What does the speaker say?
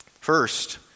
First